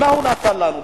מה הוא נתן לנו.